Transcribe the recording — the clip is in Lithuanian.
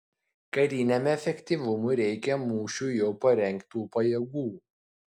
kariniam efektyvumui reikia mūšiui jau parengtų pajėgų